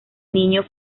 niño